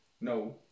No